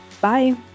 Bye